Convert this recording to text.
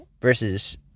versus